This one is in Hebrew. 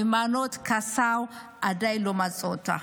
היימנוט קסאו, עדיין לא מצאו אותה.